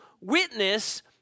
witness